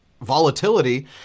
volatility